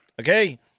Okay